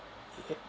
e~ eh